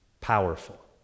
Powerful